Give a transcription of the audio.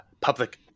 public